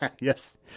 Yes